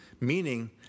meaning